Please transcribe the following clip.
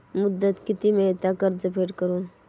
मुदत किती मेळता कर्ज फेड करून?